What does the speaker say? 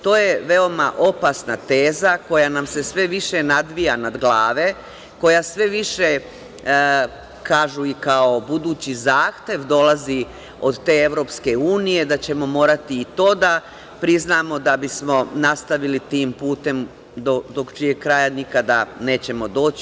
To je veoma opasna teza, koja nam se sve više nadvija iznad glave, koja sve više, kažu i kao budući zahtev, dolazi od te EU, da ćemo morati i to da priznamo da bismo nastavili tim putem do čijeg kraja nikada nećemo doći.